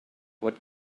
what